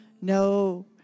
No